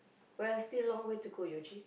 well still long way to go you actually